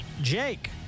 Jake